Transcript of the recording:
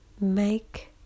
make